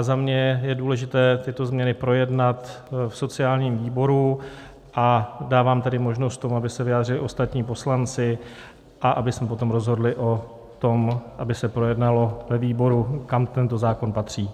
Za mě je důležité tyto změny projednat v sociálním výboru, a dávám tedy možnost k tomu, aby se vyjádřili ostatní poslanci a abychom potom rozhodli o tom, aby se projednalo ve výboru, kam tento zákon patří.